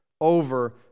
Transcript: over